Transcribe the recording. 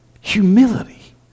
Humility